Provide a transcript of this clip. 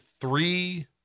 three